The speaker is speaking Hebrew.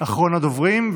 אחרון הדוברים.